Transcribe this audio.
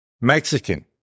Mexican